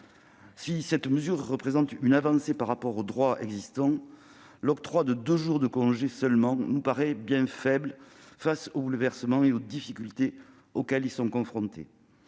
Si cette mesure représente une avancée par rapport au droit existant, la durée de ce congé nous paraît bien faible face aux bouleversements et aux difficultés auxquels ces parents sont confrontés.